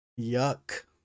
Yuck